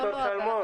דבר נוסף,